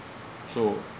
so